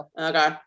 Okay